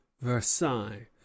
Versailles